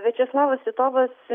viačeslavas titovas